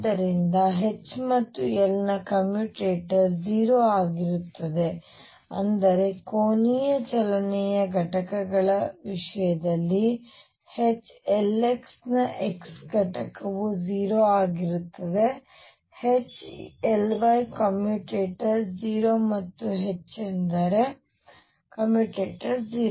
ಆದ್ದರಿಂದ H ಮತ್ತು L ನ ಕಮ್ಯುಟೇಟರ್ 0 ಆಗಿರುತ್ತದೆ ಅಂದರೆ ಕೋನೀಯ ಚಲನೆಯ ಘಟಕಗಳ ವಿಷಯದಲ್ಲಿ H Lx ನ x ಘಟಕವು 0 ಆಗಿರುತ್ತದೆ H Ly ಕಮ್ಯುಟೇಟರ್ 0 ಮತ್ತು H ಎಂದರೆ ಕಮ್ಯುಟೇಟರ್ 0